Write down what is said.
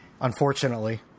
unfortunately